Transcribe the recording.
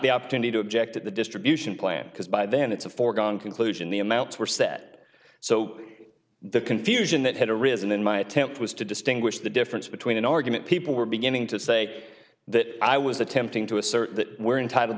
the opportunity to object at the distribution plant because by then it's a foregone conclusion the amounts were set so the confusion that had arisen in my attempt was to distinguish the difference between an argument people were beginning to say that i was attempting to assert that we're entitled